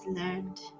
learned